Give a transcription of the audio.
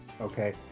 okay